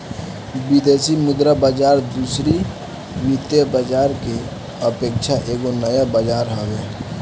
विदेशी मुद्रा बाजार दूसरी वित्तीय बाजार के अपेक्षा एगो नया बाजार हवे